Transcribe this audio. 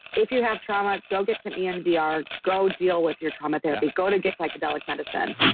if you have trauma, go get some emdr, go deal with your trauma therapy, go to get psychedelic medicine.